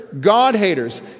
God-haters